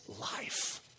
life